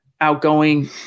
outgoing